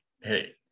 hey